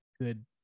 good